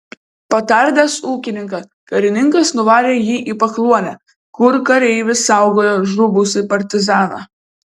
patardęs ūkininką karininkas nuvarė jį į pakluonę kur kareivis saugojo žuvusį partizaną